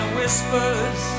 whispers